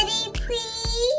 please